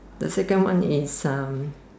the second one is